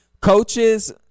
Coaches